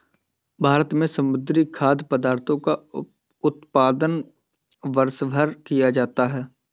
भारत में समुद्री खाद्य पदार्थों का उत्पादन वर्षभर किया जाता है